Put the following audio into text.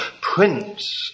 prince